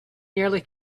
nearly